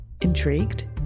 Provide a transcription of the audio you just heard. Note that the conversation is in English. Intrigued